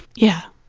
yeah